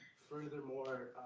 furthermore,